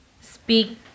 speak